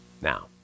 Now